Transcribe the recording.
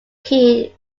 key